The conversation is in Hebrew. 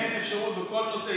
אין אפשרות בכל נושא,